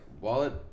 wallet